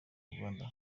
rwanda